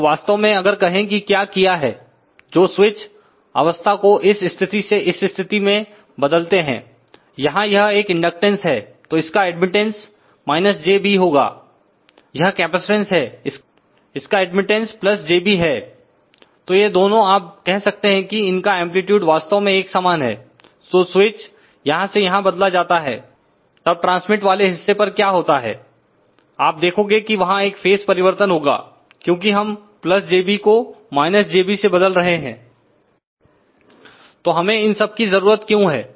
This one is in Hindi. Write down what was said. तो वास्तव में अगर कहै की क्या किया है जो स्विच अवस्था को इस स्थिति से इस स्थिति में बदलते हैं यहां यह एक इंडक्टेंस है तो इसका एडमिटेंस jB होगा यह कैपेसिटेंस है इसका एडमिटेंस jB है तो यह दोनों आप कह सकते हैं कि इनका एंप्लीट्यूड वास्तव में एक समान है तो स्विच यहां से यहां बदला जाता है तब ट्रांसमिट बाले हिस्से पर क्या होता है आप देखोगे कि वहां एक फेज परिवर्तन होगा क्योंकि हम jB को jB से बदल रहे हैं तो हमें इन सब की जरूरत क्यों है